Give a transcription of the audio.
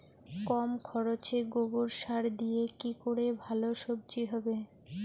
কম খরচে গোবর সার দিয়ে কি করে ভালো সবজি হবে?